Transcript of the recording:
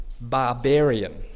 barbarian